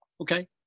Okay